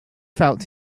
felt